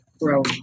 growing